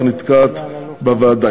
אך נתקעת בוועדה,